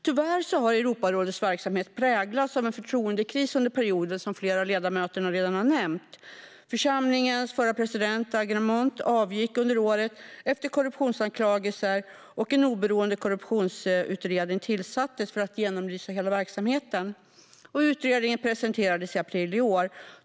Tyvärr har Europarådets verksamhet präglats av en förtroendekris under perioden, som flera av ledamöterna redan har nämnt. Församlingens förra president Agramunt avgick under året efter korruptionsanklagelser, och en oberoende korruptionsutredning tillsattes för att genomlysa hela verksamheten. Utredningen presenterades i april i år.